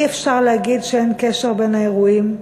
אי-אפשר להגיד שאין קשר בין האירועים,